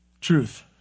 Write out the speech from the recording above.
Truth